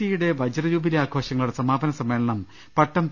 സിയുടെ വജ്ജൂബിലി ആഘോഷങ്ങളുടെ സമാ പന സമ്മേളനം പട്ടം പി